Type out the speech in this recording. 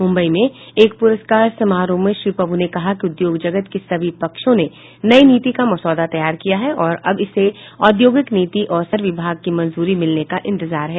मुम्बई में एक पुरस्कार समारोह में श्री प्रभू ने कहा कि उद्योग जगत के सभी पक्षों ने नई नीति का मसौदा तैयार किया है और अब इसे औद्योगिकी नीति विभाग की मंजूरी मिलने का इंतजार है